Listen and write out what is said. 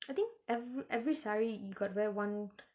I think ev~ every saree you got to wear one